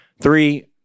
Three